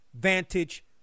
vantage